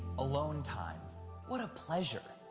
alone time what a pleasure.